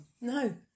No